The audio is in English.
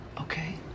Okay